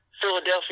Philadelphia